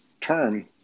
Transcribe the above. term